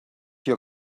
your